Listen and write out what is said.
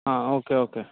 हां okay okay